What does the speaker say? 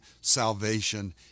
salvation